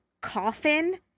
coffin